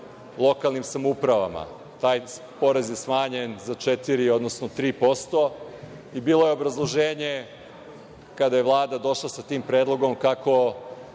lokalnim samoupravama. Taj porez je smanjen za 4, odnosno 3% i bilo je obrazloženje kada je Vlada došla sa tim predlogom, kako